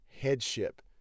headship